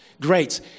Great